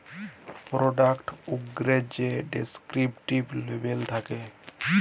পরডাক্টের উপ্রে যে ডেসকিরিপ্টিভ লেবেল থ্যাকে